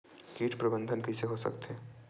कीट प्रबंधन कइसे हो सकथे?